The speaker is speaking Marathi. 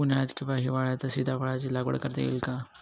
उन्हाळ्यात किंवा हिवाळ्यात सीताफळाच्या लागवड करता येईल का?